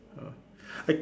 ah I